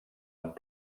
amb